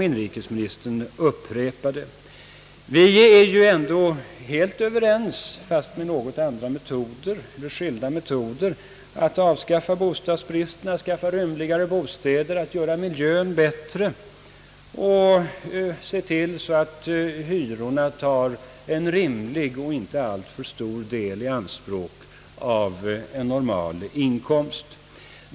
Vi är ju ändå helt överens — även om vi vill genomföra det med något olika metoder — om att avskaffa bostadsbristen, bygga rymligare bostäder, göra miljön bättre och se till att hyrorna tar en rimlig och inte alltför stor del av en normal inkomst.